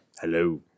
Hello